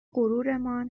غرورمان